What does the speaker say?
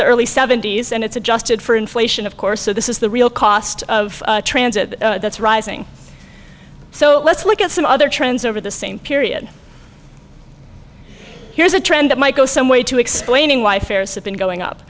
the early seventy's and it's adjusted for inflation of course so this is the real cost of transit that's rising so let's look at some other trends over the same period here's a trend that might go some way to explaining why fares have been going up